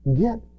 get